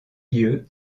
lieu